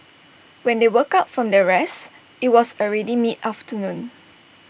when they woke up from their rest IT was already mid afternoon